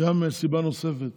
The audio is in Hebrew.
סיבה נוספת